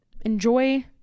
Enjoy